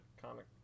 comic